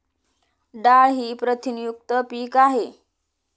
डाळ ही प्रथिनयुक्त पीक आहे